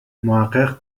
محقق